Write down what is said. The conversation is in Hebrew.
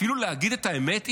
אפילו להגיד את האמת אי-אפשר,